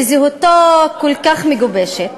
שזהותו כל כך מגובשת,